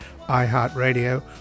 iHeartRadio